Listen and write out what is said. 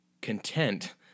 content